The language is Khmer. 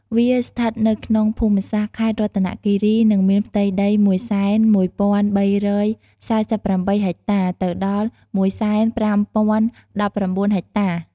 វាស្ថិតនៅក្នុងភូមិសាស្ត្រ ខេត្តរតនគិរីនិងមានផ្ទៃដី ១០១ ៣៤៨ ហិចតា ទៅដល់ ១០៥ ០១៩ ហិចតា។